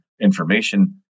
information